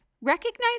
Recognize